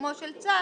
פרסומו של צו",